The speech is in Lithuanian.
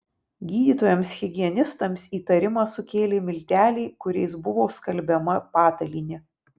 gydytojams higienistams įtarimą sukėlė milteliai kuriais buvo skalbiama patalynė